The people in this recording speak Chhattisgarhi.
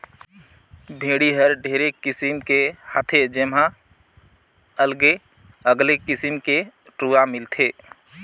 भेड़ी हर ढेरे किसिम के हाथे जेम्हा अलगे अगले किसिम के रूआ मिलथे